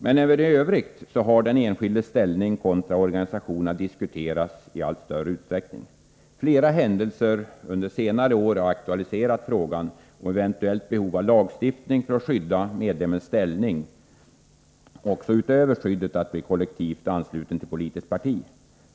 Men även i övrigt har den enskildes ställning kontra organisationerna diskuterats i allt större utsträckning. Flera händelser under senare år har aktualiserat frågan om eventuellt behov av lagstiftning för att skydda medlemmens ställning också utöver skyddet mot att bli kollektivt ansluten till politiskt parti.